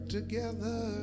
together